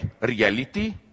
reality